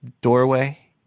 doorway